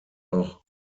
auch